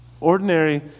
ordinary